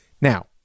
Now